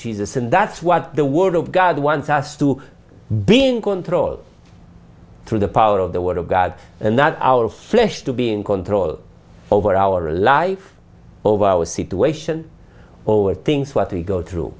jesus and that's what the word of god wants us to be in control through the power of the word of god and not ours flesh to be in control over our life over our situation over things what we go through